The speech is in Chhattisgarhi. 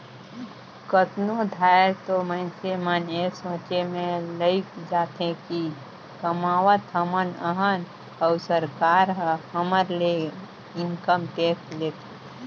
कतनो धाएर तो मइनसे मन ए सोंचे में लइग जाथें कि कमावत हमन अहन अउ सरकार ह हमर ले इनकम टेक्स लेथे